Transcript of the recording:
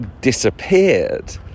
disappeared